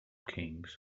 kings